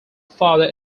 further